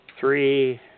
three